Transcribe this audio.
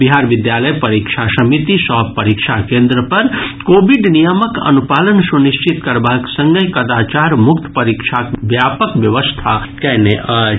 बिहार विद्यालय परीक्षा समिति सभ परीक्षा केन्द पर कोविड नियमक अनुपालन सुनिश्चित करबाक संगहि कदाचार मुक्त परीक्षाक व्यापक व्यवस्था कयने अछि